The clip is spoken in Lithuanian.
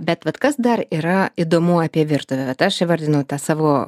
a bet vat kas dar yra įdomu apie virtuvę vat aš įvardinau tą savo